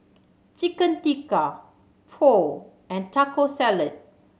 Chicken Tikka Pho and Taco Salad